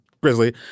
Grizzly